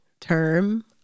term